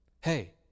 hey